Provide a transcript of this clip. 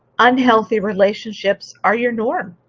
unhealthy relationships are your norm.